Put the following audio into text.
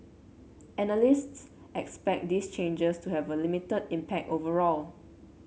analysts expect these changes to have a limited impact overall